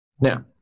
Now